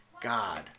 God